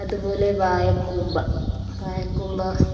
അതുപോലെ വാഴ കൂമ്പ് വാഴ കൂമ്പ്